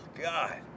God